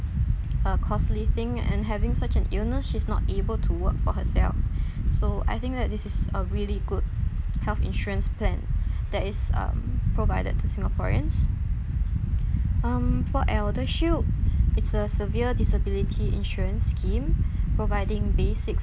a costly thing and having such an illness she's not able to work for herself so I think that this is a really good health insurance plan that is um provided to singaporeans for um eldershield it's a severe disability insurance scheme providing basic